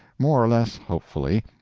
more or less hopefully,